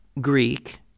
Greek